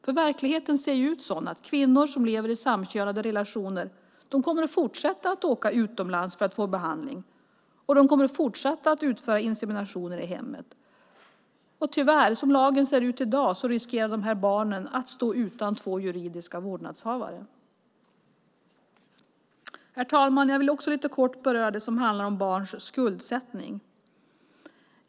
För verkligheten är sådan att kvinnor som lever i samkönade relationer kommer att fortsätta att åka utomlands för att få behandling, och de kommer att fortsätta att utföra insemination i hemmet. Som lagen ser ut i dag riskerar de barnen tyvärr att stå utan två juridiska vårdnadshavare. Herr talman! Jag vill lite kort beröra det som handlar om barns skuldsättning.